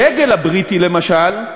בדגל הבריטי, למשל,